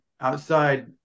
outside